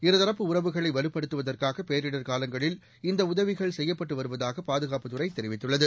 இருதரப்பு உறவுகளை வலுப்படுத்துவதற்காக பேரிடர் காலங்களில் இந்த உதவிகள் செய்யப்பட்டு வருவதாக பாதுகாப்புத் துறை தெரிவித்துள்ளது